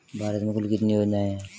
भारत में कुल कितनी योजनाएं हैं?